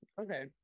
Okay